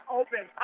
open